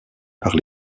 par